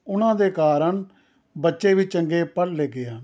ਉਹਨਾਂ ਦੇ ਕਾਰਨ ਬੱਚੇ ਵੀ ਚੰਗੇ ਪੜ੍ਹ ਲਿਖ ਗਏ ਹਨ